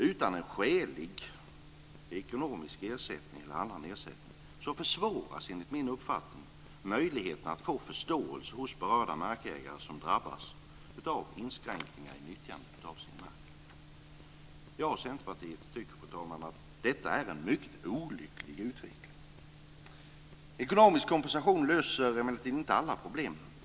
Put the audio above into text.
Utan en skälig ekonomisk eller annan ersättning försämras enligt min uppfattning möjligheterna att få förståelse från de markägare som drabbas av inskränkningar i nyttjandet av den egna marken. Jag och Centerpartiet tycker, fru talman, att detta är en mycket olycklig utveckling. Ekonomisk kompensation löser emellertid inte alla problem.